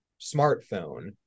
smartphone